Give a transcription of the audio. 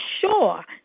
sure